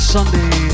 Sunday